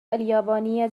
اليابانية